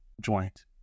joint